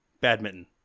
Badminton